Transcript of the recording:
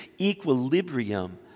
equilibrium